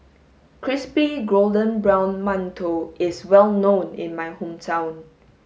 crispy golden brown mantou is well known in my hometown